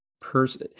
person